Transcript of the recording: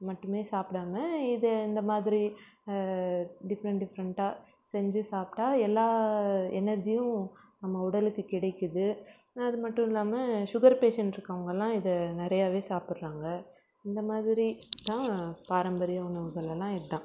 மட்டுமே சாப்பிடாம இது இந்த மாதிரி டிஃப்ரெண்ட் டிஃப்ரெண்டாக செஞ்சு சாப்பிட்டா எல்லா எனர்ஜியும் நம்ம உடலுக்கு கிடைக்குது அது மட்டும் இல்லாமல் சுகர் பேஷண்ட் இருக்கவங்களெல்லாம் இதை நிறையாவே சாப்பிடுறாங்க இந்த மாதிரி தான் பாரம்பரிய உணவுகள் எல்லாம் இதுதான்